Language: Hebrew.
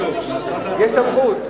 אין דבר כזה.